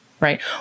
right